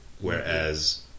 whereas